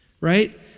right